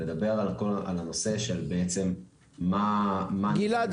לדבר על הנושא של בעצם מה --- גלעד,